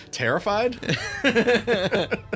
Terrified